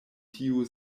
tiu